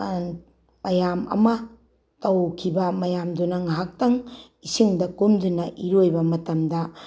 ꯃꯌꯥꯝ ꯑꯃ ꯇꯧꯈꯤꯕ ꯃꯌꯥꯝꯗꯨꯅ ꯉꯍꯥꯛꯇꯪ ꯏꯁꯤꯡꯗ ꯀꯨꯝꯗꯨꯅ ꯏꯔꯣꯏꯕ ꯃꯇꯝꯗ